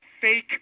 fake